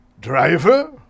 driver